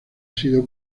sido